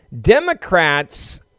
Democrats